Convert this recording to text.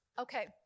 Okay